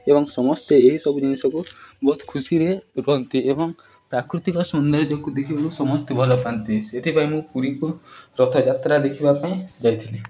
ଏବଂ ସମସ୍ତେ ଏହିସବୁ ଜିନିଷକୁ ବହୁତ ଖୁସିରେ ରୁହନ୍ତି ଏବଂ ପ୍ରାକୃତିକ ସୌନ୍ଦର୍ଯ୍ୟକୁ ଦେଖିବାିକୁ ସମସ୍ତେ ଭଲ ପାଆନ୍ତି ସେଥିପାଇଁ ମୁଁ ପୁରୀକୁ ରଥଯାତ୍ରା ଦେଖିବା ପାଇଁ ଯାଇଥିଲି